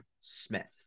Smith